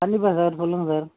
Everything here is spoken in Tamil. கண்டிப்பாக சார் சொல்லுங்கள் சார்